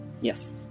Yes